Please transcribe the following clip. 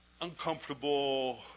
uncomfortable